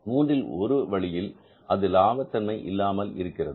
மூன்றில் ஒரு வழியில் அது லாப தன்மை இல்லாமல் இருக்கிறது